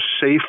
safe